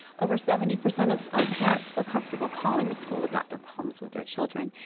over seventy percent of parents feel comfortable calling the school about their problems with their children,